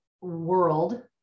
world